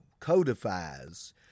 codifies